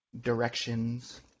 directions